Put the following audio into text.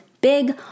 big